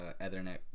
Ethernet